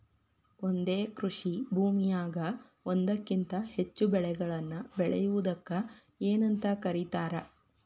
ಒಂದೇ ಕೃಷಿ ಭೂಮಿಯಾಗ ಒಂದಕ್ಕಿಂತ ಹೆಚ್ಚು ಬೆಳೆಗಳನ್ನ ಬೆಳೆಯುವುದಕ್ಕ ಏನಂತ ಕರಿತಾರಿ?